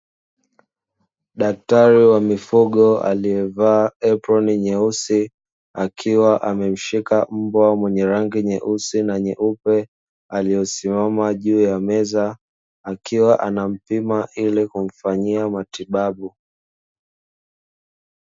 Daktari wa mifugo aliyevaa eploni nyeusi akiwa amemshika mbwa mwenye rangi nyeusi na nyeupe, aliyesimama juu ya meza akiwa anampima ilikumfanyia matibabu.